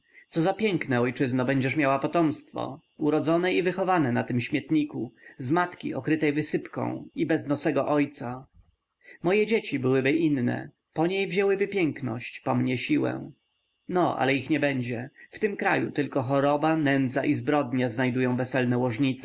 co za piękne ojczyzno będziesz miała potomstwo urodzone i wychowane na tym śmietniku z matki okrytej wysypką i beznosego ojca moje dzieci byłyby inne po niej wzięłyby piękność po mnie siłę no ale ich nie będzie w tym kraju tylko choroba nędza i zbrodnia znajdują weselne